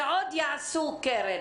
ועוד יעשו קרן